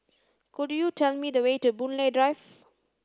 could you tell me the way to Boon Lay Drive